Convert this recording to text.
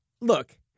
look